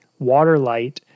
Waterlight